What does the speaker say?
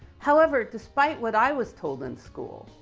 however, despite what i was told in school,